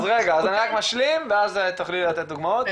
אז רגע אני רק משלים ואז תוכלי לתת דוגמאות,